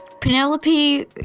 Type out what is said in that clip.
Penelope